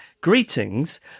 greetings